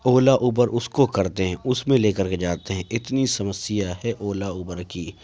اولا Uber اس کو کرتے ہیں اس میں لے کر کے جاتے ہیں اتنی سمسیا ہے اولا اوبر کی